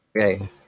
Okay